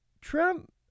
Trump